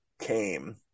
came